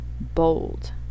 bold